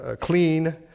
clean